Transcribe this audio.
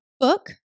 book